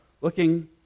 looking